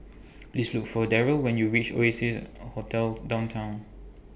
Please Look For Darryle when YOU REACH Oasia Hotel Downtown